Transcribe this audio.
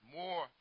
more